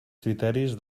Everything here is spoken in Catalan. criteris